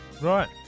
Right